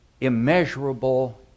immeasurable